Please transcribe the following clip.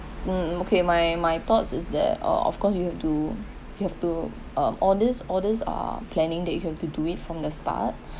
mm okay my my thoughts is that uh of course you have to you have to um all these all these are planning that you have to do it from the start